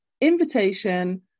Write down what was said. invitation